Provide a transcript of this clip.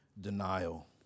denial